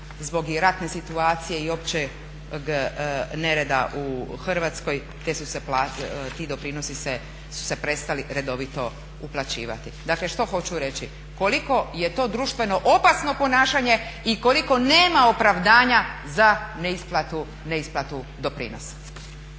zbog i ratne situacije i općeg nereda u Hrvatskoj ti doprinosi su se prestali redovito uplaćivati. Dakle, što hoću reći? Koliko je to društveno opasno ponašanje i koliko nema opravdanja za neisplatu doprinosa.